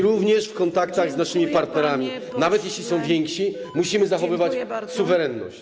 Również w kontaktach z naszymi partnerami, nawet jeśli są więksi, musimy zachowywać suwerenność.